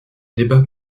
débats